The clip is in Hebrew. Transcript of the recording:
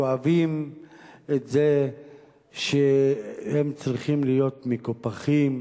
כואבים את זה שהם צריכים להיות מקופחים.